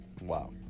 Wow